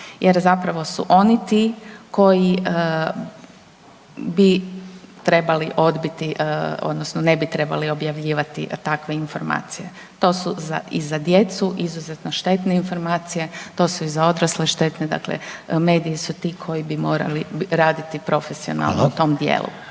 jer zapravo su oni ti koji bi trebali odbiti odnosno ne bi trebali objavljivati takve informacije, to su i za djecu izuzetno štetne informacije, to su i za odrasle štetne. Dakle, mediji su ti koji bi morali raditi profesionalno u tom dijelu.